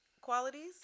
qualities